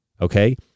okay